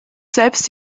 selbst